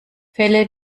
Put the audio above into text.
fälle